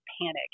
panic